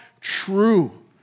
true